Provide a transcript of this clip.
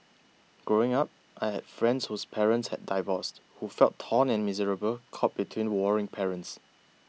growing up I had friends whose parents had divorced who felt torn and miserable caught between warring parents